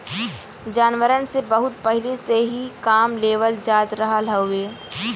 जानवरन से बहुत पहिले से ही काम लेवल जात रहल हउवे